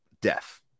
death